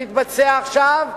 תתבצע עכשיו,